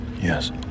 Yes